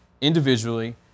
individually